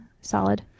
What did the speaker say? solid